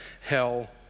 hell